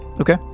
Okay